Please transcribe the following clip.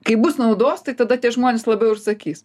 kai bus naudos tai tada tie žmonės labiau ir sakys